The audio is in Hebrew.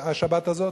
השבת הזאת?